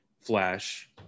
Flash